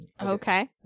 Okay